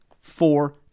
four